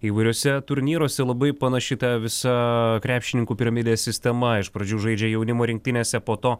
įvairiuose turnyruose labai panaši ta visa krepšininkų piramidės sistema iš pradžių žaidžia jaunimo rinktinėse po to